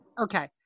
Okay